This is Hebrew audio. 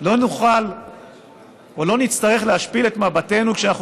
לא נצטרך להשפיל את מבטינו כשאנחנו